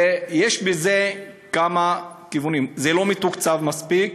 ויש בזה כמה כיוונים: זה לא מתוקצב מספיק,